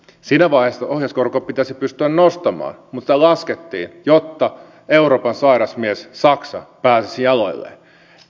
siinä vaiheessa ohjauskorkoa pitäisi pystyä nostamaan mutta sitä laskettiin jotta euroopan sairas mies saksa pääsisi jaloilleen